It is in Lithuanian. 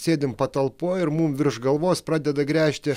sėdim patalpoje ir mums virš galvos pradeda gręžti